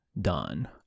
done